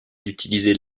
d’utiliser